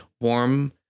warm